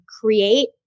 create